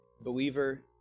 believer